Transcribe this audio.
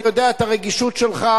אני יודע את הרגישות שלך,